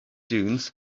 dunes